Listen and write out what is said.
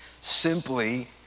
simply